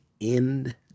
end